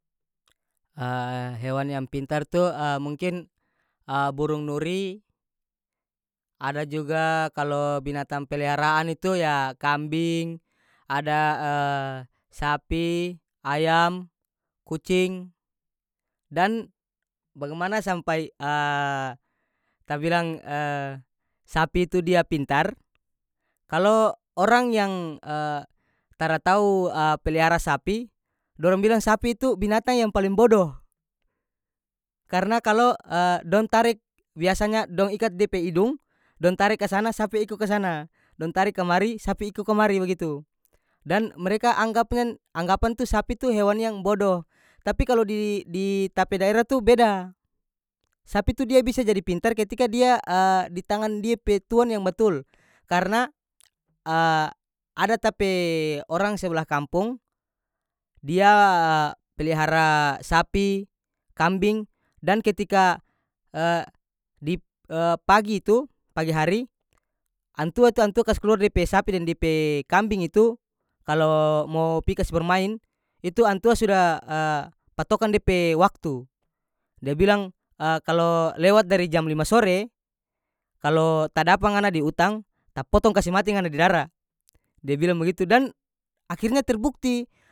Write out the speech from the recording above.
hewan yang pintar tu mungkin burung nuri ada juga kalo binatang peliharaan itu ya kambing ada sapi ayam kucing dan bagaimana sampai ta bilang sapi itu dia pintar kalo orang yang tara tau pelihara sapi dorang bilang sapi itu binatang yang paling bodoh karena kalao dong tarik biasanya dong ikat de pe idung dong tarik kasana sapi iko kasana dong tarik kamari sapi iko kamari bagitu dan mereka anggapnyen- anggapan tu sapi tu hewan yang bodoh tapi kalo di- di ta pe daerah tu beda sapi tu dia bisa jadi pintar ketika dia di tangan dia pe tuan yang batul karena ada ta pe orang seblah kampong dia pelihara sapi kambing dan ketika dip pagi itu pagi hari antua tu antua kas kaluar dia pe sapi deng dia pe kambing itu kalo mo pi kas barmain itu antua sudah patokan de pe waktu dia bilang kalo lewat dari jam lima sore kalo ta dapa ngana di utang ta potong kase mati ngana di dara dia bilang bagitu dan akhirnya terbukti.